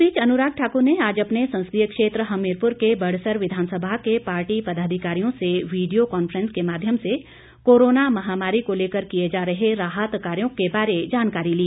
इस बीच अनुराग ठाकुर ने आज अपने संसदीय क्षेत्र हमीरपुर के बड़सर विधानसभा के पार्टी पदाधिकारियों से वीडियो कांफ्रेंसिंग के माध्यम से कोरोना महामारी को लेकर किए जा रहे राहत कार्यों के बारे जानकारी ली